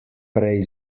prej